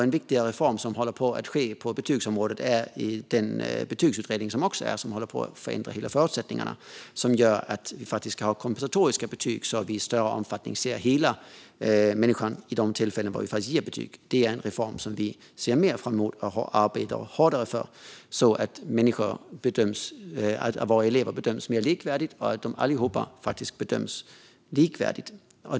En viktig reform som håller på att ske på betygsområdet är den betygsutredning som helt håller på att förändra förutsättningarna och som gör att vi faktiskt ska ha kompensatoriska betyg, så att vi i större omfattning ser hela människan vid de tillfällen som betyg faktiskt ges. Det är en reform som vi ser mer fram emot och arbetar hårdare för, så att våra elever bedöms mer likvärdigt.